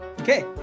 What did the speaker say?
Okay